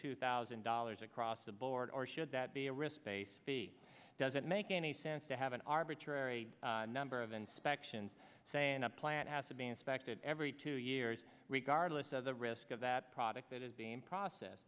two thousand dollars across the board or should that be a risk based b does it make any sense to have an arbitrary number of inspections saying a plant has advanced back to every two years regardless of the risk of that product that is being processed